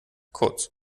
kurz